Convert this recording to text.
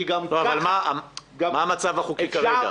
כי גם ככה --- אבל מה המצב החוקי כרגע?